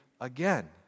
again